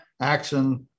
action